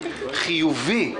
חיובי,